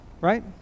right